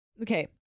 Okay